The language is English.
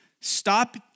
Stop